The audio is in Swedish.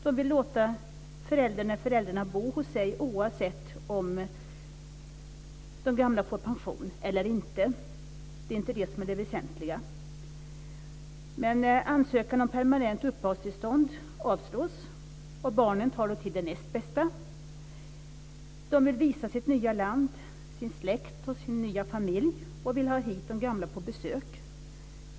De vill låta föräldrarna bo hos sig oavsett om de gamla får pension eller inte, det är inte det som är det väsentliga. Men ansökan om permanent uppehållstillstånd avslås. Barnen tar då till det näst bästa. De vill visa sitt nya land, sin släkt och sin nya familj. De vill ha hit de gamla på besök.